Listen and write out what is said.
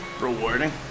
Rewarding